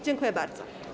Dziękuję bardzo.